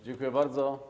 Dziękuję bardzo.